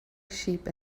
sheep